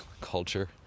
culture